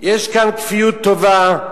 יש כאן כפיות טובה,